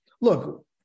look